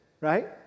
right